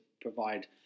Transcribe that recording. provide